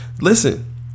Listen